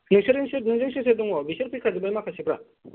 बिसोरोजों सोर नोंजों सोर सोर दङ बिसोर फैखाजोबबाय माखासेफ्रा